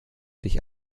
dich